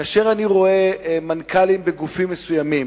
כשאני רואה מנכ"לים בגופים מסוימים